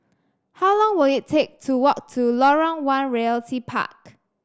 how long will it take to walk to Lorong One Realty Park